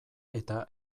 eta